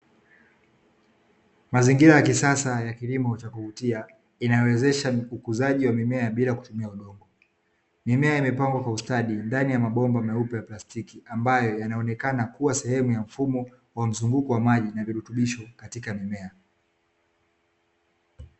Mazingira ya kisasa ya kuvutia inayowezesha ukuzaji wa mimea bila kutumia udongo mimea imepangwa kwa ustadi ndani ya mabomba meupe ambayo yanaonekana kuwa sehemu ya mfumo wa mzunguuko wa maji yenye virutubisho katika mimea.